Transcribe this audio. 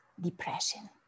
depression